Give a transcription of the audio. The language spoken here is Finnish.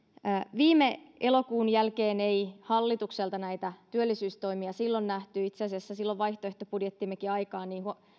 viime elokuun jälkeen ei hallitukselta näitä työllisyystoimia nähty itse asiassa silloin vaihtoehtobudjettimmekin aikaan